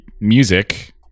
music